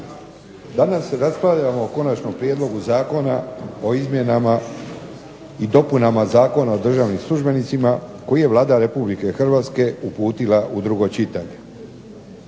Danas raspravljamo o Konačnom prijedlogu zakona o izmjenama i dopunama Zakona o državnim službenicima koji je Vlada Republike Hrvatske uputila u drugo čitanje.